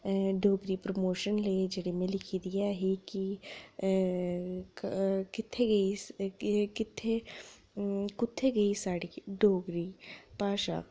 डोगरी दी प्रमोशन लेई जेह्ड़ी में लिखी दी ऐ ही कि कित्थे गेई कुत्थै गेई साढ़ी डोगरी भाशा